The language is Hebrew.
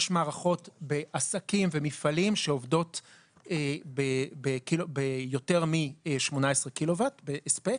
יש מערכות בעסקים ומפעלים שעובדות ביותר מ-18 קילו-וואט של הספק,